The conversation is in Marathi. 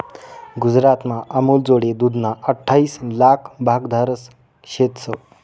गुजरातमा अमूलजोडे दूधना अठ्ठाईस लाक भागधारक शेतंस